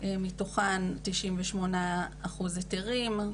מתוכן 98% היתרים,